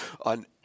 on